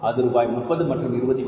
அது ரூபாய் 30 மற்றும் 23